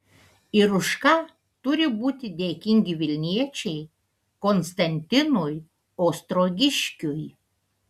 ir už ką turi būti dėkingi vilniečiai konstantinui ostrogiškiui